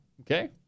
Okay